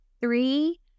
three